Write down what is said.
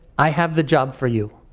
i have the job for you.